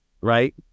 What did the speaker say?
right